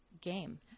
game